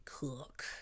cook